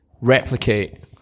replicate